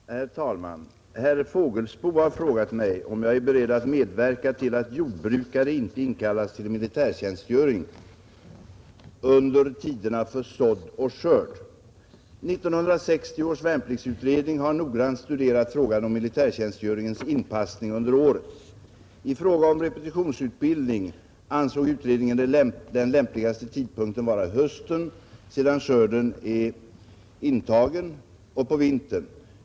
Herr talman! Herr Fågelsbo har frågat mig om jag är beredd medverka till att jordbrukare inte inkallas till militärtjänstgöring under tiderna för sådd och skörd. 1960 års värnpliktsutredning har noggrant studerat frågan om militärtjänstgöringens inpassning under året. I fråga om repetitionsutbildning ansåg utredningen den lämpligaste tidpunkten vara hösten, sedan skörden är intagen, och på vintern.